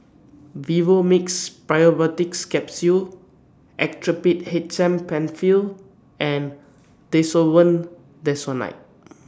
Vivomixx Probiotics Capsule Actrapid H M PenFill and Desowen Desonide